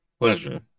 Pleasure